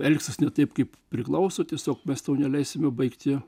elgsies ne taip kaip priklauso tiesiog mes tau neleisime baigti